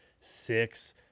six